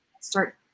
Start